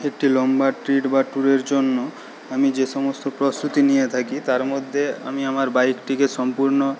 একটি লম্বা ট্রিপ বা ট্যুরের জন্য আমি যে সমস্ত প্রস্তুতি নিয়ে থাকি তার মধ্যে আমি আমার বাইকটিকে সম্পূর্ণ